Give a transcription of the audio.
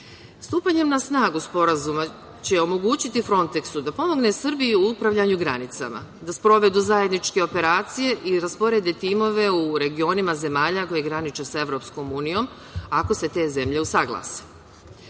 granica. Stupanjem na snagu Sporazuma će omogućiti Fronteksu da pomogne Srbiji u upravljanju granicama, da sprovedu zajedničke operacije i rasporede timove u regionima zemalja koje graniče sa EU, ako se te zemlje usaglase.